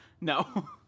no